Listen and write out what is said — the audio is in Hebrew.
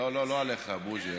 לא עליך, בוז'י.